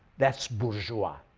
that's bourgeois.